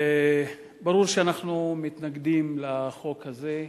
ברור שאנחנו מתנגדים לחוק הזה,